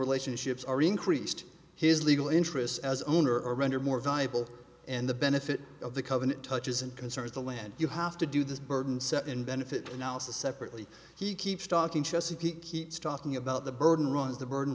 relationships are increased his legal interests as owner are rendered more valuable and the benefit of the covenant touches and concerns the land you have to do this burden set in benefit analysis separately he keeps talking chesapeake keeps talking about the burden rise the burden